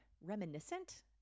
reminiscent